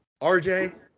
RJ